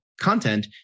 content